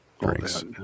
drinks